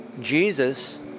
Jesus